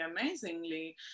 amazingly